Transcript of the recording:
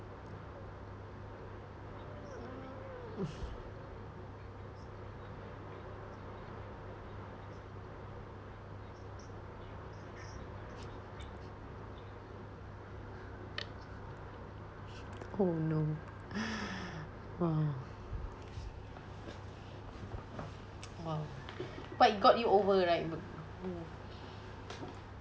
oh no !wah! !wow! but it got you over right